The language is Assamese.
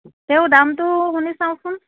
তেও দামটো শুনি চাওঁচোন